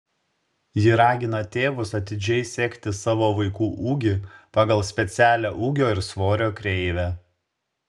ji ragina tėvus atidžiai sekti savo vaikų ūgį pagal specialią ūgio ir svorio kreivę